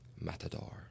matador